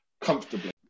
comfortably